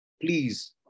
Please